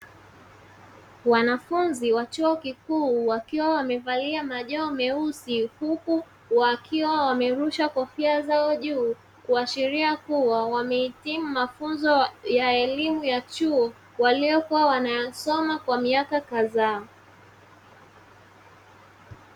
Wanafunzi wa chuo kikuu wakiwa wamevalia majoo meusi huku wakiwa wamerushwa kofia zao juu, kuashiria kuwa wamehitimu mafunzo ya elimu ya chuo waliokuwa wanasoma kwa miaka kadhaa.